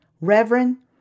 Reverend